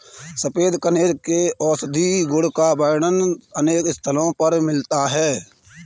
सफेद कनेर के औषधीय गुण का वर्णन अनेक स्थलों पर मिलता है